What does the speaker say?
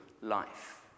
life